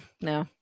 no